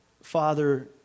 Father